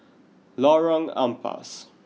Lorong Ampas